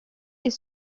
est